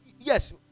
yes